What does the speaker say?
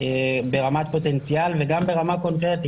ברמת פוטנציאל וגם ברמה קונקרטית,